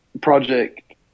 Project